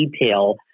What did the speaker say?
detail